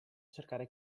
cercare